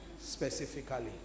specifically